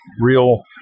real